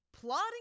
plotting